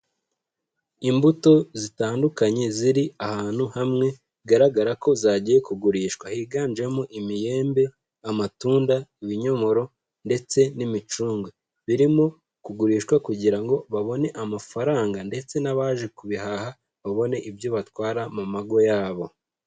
Imbuto zitandukanye ziri ahantu hamwe bigaragara ko zagiye kugurishwa higanjemo imiyembe, amatunda, ibinyomoro ndetse n'imicunga, birimo kugurishwa kugira ngo babone amafaranga ndetse n'abaje kubihaha babone ibyo batwara mu mago yabo.